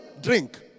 drink